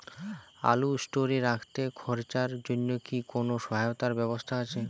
আলু স্টোরে রাখতে খরচার জন্যকি কোন সহায়তার ব্যবস্থা আছে?